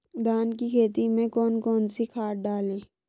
धान की खेती में कौन कौन सी खाद डालें?